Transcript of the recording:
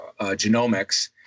genomics